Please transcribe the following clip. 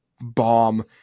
bomb